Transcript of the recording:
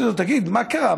תגיד, מה קרה?